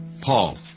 Paul